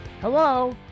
Hello